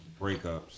breakups